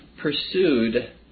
pursued